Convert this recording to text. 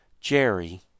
Jerry